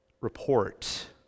report